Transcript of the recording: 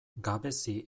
gabezi